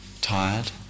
tired